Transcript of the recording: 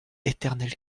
éternelle